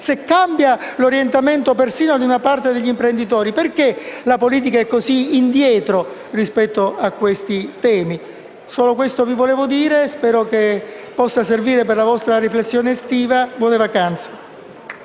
Se cambia l'orientamento persino di una parte degli imprenditori, perché la politica è così indietro rispetto a questi temi? Solo ciò vi volevo dire e spero possa servire per la vostra riflessione estiva. Buone vacanze.